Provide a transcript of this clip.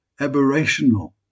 aberrational